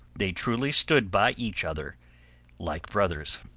they truly stood by each other like brothers.